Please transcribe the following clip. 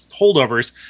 holdovers